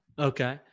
okay